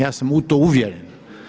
Ja sam u to uvjeren.